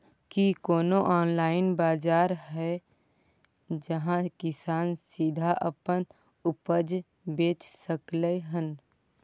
की कोनो ऑनलाइन बाजार हय जहां किसान सीधा अपन उपज बेच सकलय हन?